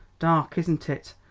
dark, isn't it?